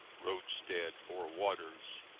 roadstead, or waters.